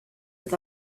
with